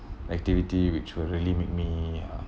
activity which will really make me uh